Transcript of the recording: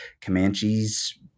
Comanches